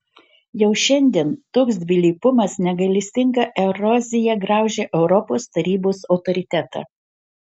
jau šiandien toks dvilypumas negailestinga erozija graužia europos tarybos autoritetą